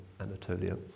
Anatolia